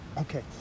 Okay